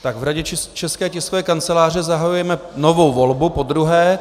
V Radě České tiskové kanceláře zahajujeme novou volbu, podruhé.